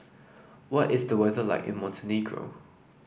what is the weather like in Montenegro